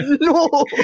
no